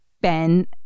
Ben